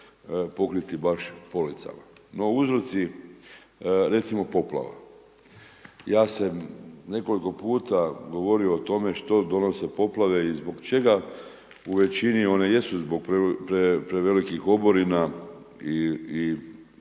pokriti baš policama. Uzroci, recimo poplava. Ja sam nekoliko puta govorio o tome što donose poplave i zbog čega u većini one jesu zbog prevelikih oborina i